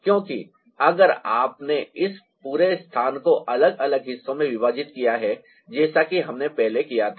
क्योंकि अगर आपने इस पूरे स्थान को अलग अलग हिस्सों में विभाजित किया है जैसे कि हमने पहले क्या किया था